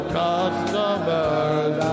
customers